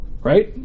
Right